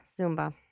Zumba